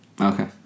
Okay